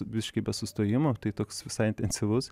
biškį be sustojimo tai toks visai intensyvus